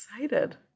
Excited